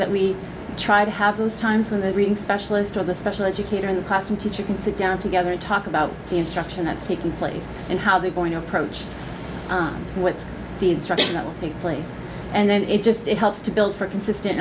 that we try to have those times when the reading specialist or the special educator in the classroom teacher can sit down together and talk about the instruction that's taking place and how they're going to approach what's the instruction that will take place and it just it helps to build for a consistent